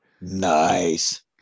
Nice